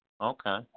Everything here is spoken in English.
Okay